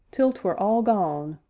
till twere all gone,